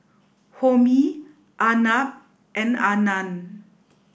Homi Arnab and Anand